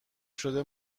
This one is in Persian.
شده